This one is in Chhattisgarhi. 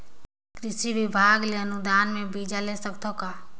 कृषि विभाग ले अनुदान म बीजा ले सकथव का?